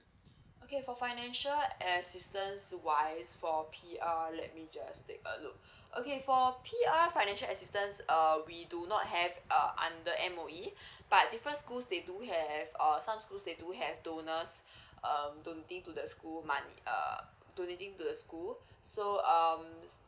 okay for financial assistance wise for P_R let me just take a look okay for P_R financial assistance uh we do not have uh under M_O_E but different schools they do have uh some schools they do have donors um donating to the schools money err donating to the school so um